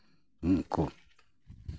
ᱩᱱᱠᱩ